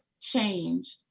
changed